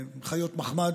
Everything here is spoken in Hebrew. חיות מחמד,